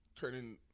turning